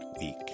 week